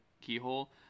keyhole